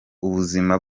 ubuzima